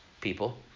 people